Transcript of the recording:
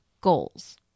goals